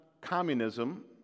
communism